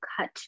cut